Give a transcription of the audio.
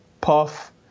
Puff